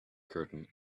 curtain